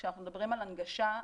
כשאנחנו מדברים על הנגשה,